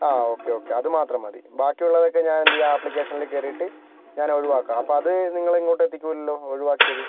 ആ okay okay അത് മാത്രം മതി ബാക്കിയുള്ളതൊക്കെ ഞാനെന്തു ചെയ്യാം ആപ്ലിക്കേഷനിൽ കേറിയിട്ട് ഞാനൊഴിവാക്കാം അപ്പോൾ അത് നിങ്ങളിങ്ങോട്ട് എത്തിക്കൂല്ലല്ലോ ഒഴിവാക്കിയത്